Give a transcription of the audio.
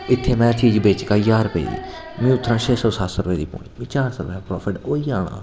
इत्थें में चीज बेचगा ज्हार रपेऽ दी में उत्थुआं छे सौ सत्त सौ रपेऽ दी पौनी मिगी चार सौ रपेऽ दा प्राफिट होई जाना